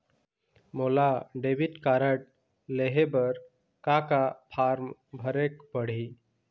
मोला debit card लेहे बर का का फार्म भरेक पड़ही?